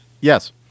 Yes